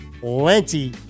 plenty